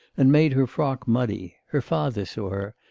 and made her frock muddy her father saw her,